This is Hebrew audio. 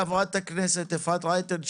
חברת הכנסת רייטן,